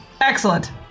Excellent